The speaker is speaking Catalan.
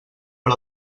per